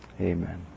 Amen